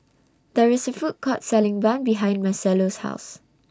There IS A Food Court Selling Bun behind Marcelo's House